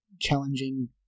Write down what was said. challenging